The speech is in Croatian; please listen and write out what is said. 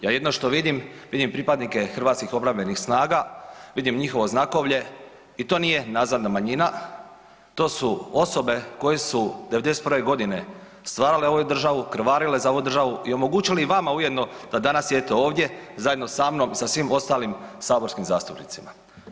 Ja jedino što vidim, vidim pripadnike HOS-a, vidim njihovo znakovlje i to nije nazadna manjina, to su osobe koje su '91. g. stvarale ovu državu, krvarile za ovu državu i omogućili i vama ujedno da danas sjedite ovdje zajedno sa mnom i sa svim ostalim saborskim zastupnicima.